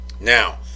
now